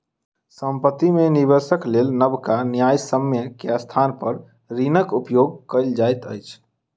संपत्ति में निवेशक लेल नबका न्यायसम्य के स्थान पर ऋणक उपयोग कयल जाइत अछि